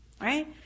Right